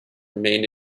remained